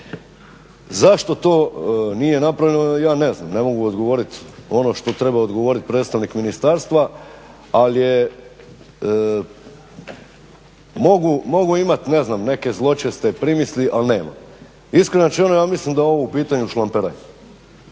Zašto to nije napravljeno ja ne znam, ne mogu odgovoriti ono što treba odgovoriti predstavnik ministarstva. Ali mogu imati ne znam neke zločeste primisli ali nemam. Iskreno rečeno, ja mislim da je ovo u pitanju šlamperaj,